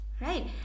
Right